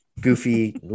goofy